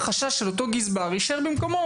החשש של אותו גזבר יישאר במקומו.